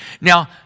Now